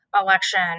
election